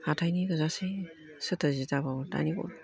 हाथाइनि लसै सोरथो जि दाबावनो दायो